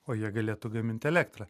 o jie galėtų gamint elektrą